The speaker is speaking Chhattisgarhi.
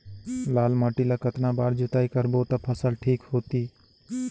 लाल माटी ला कतना बार जुताई करबो ता फसल ठीक होती?